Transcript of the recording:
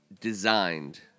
designed